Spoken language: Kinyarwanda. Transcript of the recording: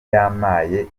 yampaye